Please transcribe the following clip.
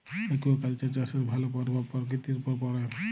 aquaculture চাষের ভালো পরভাব পরকিতির উপরে পড়ে